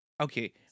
Okay